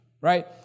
right